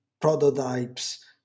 prototypes